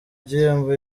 gihembo